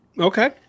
Okay